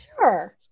Sure